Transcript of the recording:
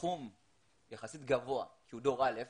סכום יחסית גבוה, שהוא דור א',